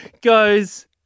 goes